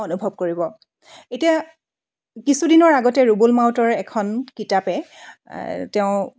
অনুভৱ কৰিব এতিয়া কিছুদিনৰ আগতে ৰুবুল মাউতৰ এখন কিতাপে তেওঁ